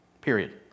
Period